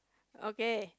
okay